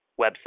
website